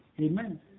Amen